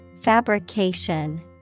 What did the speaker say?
Fabrication